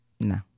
No